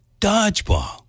dodgeball